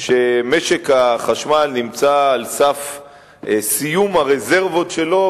שמשק החשמל נמצא על סף סיום הרזרבות שלו,